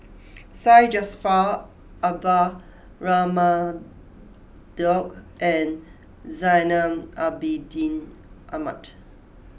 Syed Jaafar Albar Raman Daud and Zainal Abidin Ahmad